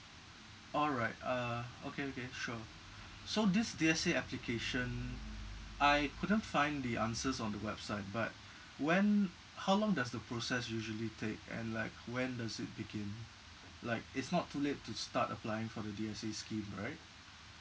all right uh okay okay sure so this D_S_A application I couldn't find the answers on the website but when how long does the process usually take and like when does it begin like it's not too late to start applying for the D_S_A scheme right